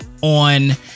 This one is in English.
on